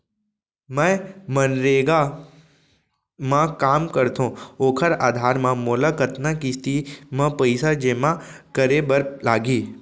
मैं मनरेगा म काम करथो, ओखर आधार म मोला कतना किस्ती म पइसा जेमा करे बर लागही?